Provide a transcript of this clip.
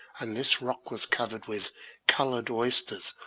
and this rock was covered with coloured oysters,